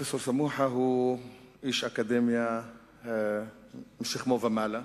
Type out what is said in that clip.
פרופסור סמוחה הוא איש אקדמיה משכמו ומעלה,